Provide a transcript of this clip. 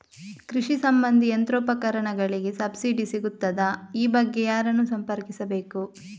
ಕೃಷಿ ಸಂಬಂಧಿ ಯಂತ್ರೋಪಕರಣಗಳಿಗೆ ಸಬ್ಸಿಡಿ ಸಿಗುತ್ತದಾ? ಈ ಬಗ್ಗೆ ಯಾರನ್ನು ಸಂಪರ್ಕಿಸಬೇಕು?